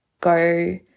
go